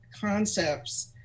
concepts